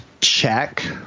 check